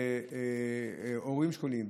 הורים שכולים,